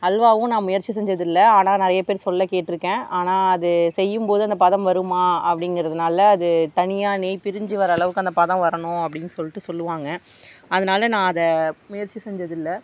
அல்வாவும் நான் முயற்சி செஞ்சதில்லை ஆனால் நிறைய பேர் சொல்ல கேட்ருக்கேன் ஆனால் அது செய்யும்போது அந்த பதம் வருமா அப்படிங்கறதுனால அது தனியாக நெய் பிரிஞ்சி வர அளவுக்கு அந்த பதம் வரணும் அப்படின் சொல்லிட்டு சொல்லுவாங்க அதனால நான் அதை முயற்சி செஞ்சதில்லை